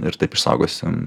ir taip išsaugosim